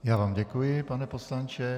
Já vám děkuji, pane poslanče.